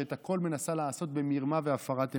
שאת הכול מנסה לעשות במרמה והפרת אמונים.